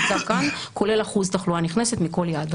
זה יוצג כאן כולל אחוז תחלואה נכנסת מכל יעד.